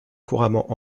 couramment